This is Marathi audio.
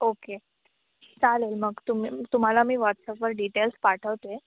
ओके चालेल मग तुम् तुम्हाला मी व्हॉट्सअपवर डिटेल्स पाठवते